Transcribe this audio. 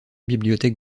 bibliothèque